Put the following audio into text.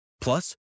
Plus